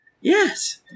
Yes